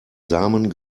samen